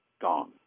gone